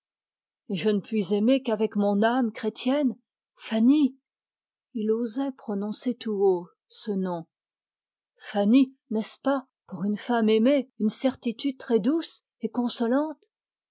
et je ne puis aimer qu'avec mon âme chrétienne fanny il osait enfin prononcer tout haut ce nom fanny n'est-ce pas pour une femme aimée une certitude très douce et consolante